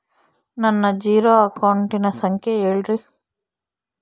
ನನ್ನ ಜೇರೊ ಅಕೌಂಟಿನ ಸಂಖ್ಯೆ ಹೇಳ್ರಿ?